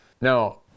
Now